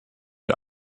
wir